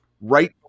right